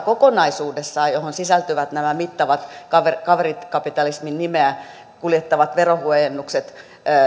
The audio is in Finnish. kokonaisuudessaan johon sisältyvät nämä mittavat kaverikapitalismin nimeä kuljettavat verohuojennukset